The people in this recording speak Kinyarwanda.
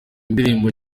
indirimbo